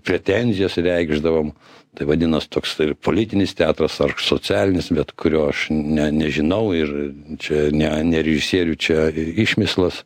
pretenzijas reikšdavom tai vadinas toks politinis teatras ar socialinis bet kurio aš ne nežinau ir čia ne ne režisierių čia išmislas